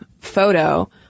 photo